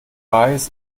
reis